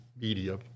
media